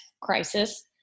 crisis